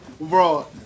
Bro